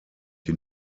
die